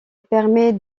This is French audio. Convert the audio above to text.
permet